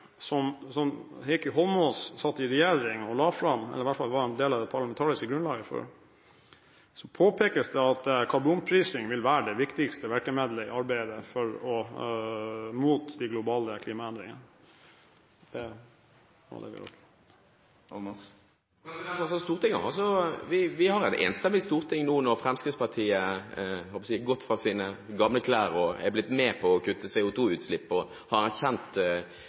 la fram, eller i hvert fall var en del av det parlamentariske grunnlaget for, påpekes det at karbonprising vil være det viktigste virkemiddelet i arbeidet mot de globale klimaendringene. Det er et enstemmig storting nå når Fremskrittspartiet har gått fra sine gamle klær og har blitt med på å kutte CO2-utslippene og har erkjent